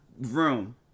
room